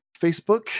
Facebook